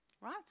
Right